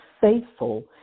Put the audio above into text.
faithful